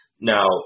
Now